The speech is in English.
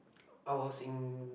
I was in